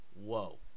whoa